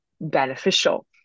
beneficial